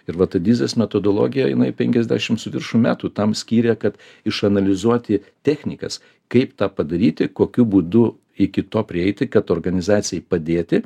ir vat adizės metodologija jinai penkiasdešimt su viršum metų tam skyrė kad išanalizuoti technikas kaip tą padaryti kokiu būdu iki to prieiti kad organizacijai padėti